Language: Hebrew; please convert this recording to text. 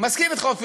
אני מסכים אתך,